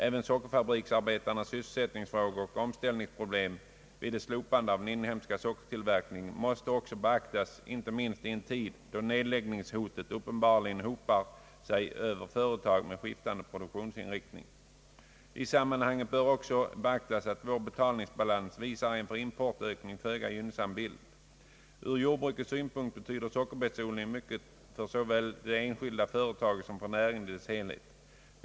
Även sockerfabriksarbetarnas sysselsättningsfrågor och omställningsproblem vid ett slopande av den inhemska sockertillverkningen måste också beaktas, inte minst i en tid då nedläggningshotet uppenbarligen hopar sig över företag med skiftande produktionsinriktning, I sammanhanget bör också beaktas att vår betalningsbalans visar en för importökning föga gynnsam bild. Ur jordbrukets synpunkt betyder sockerbetsodlingen mycket för såväl det enskilda företaget som för näringen i dess helhet.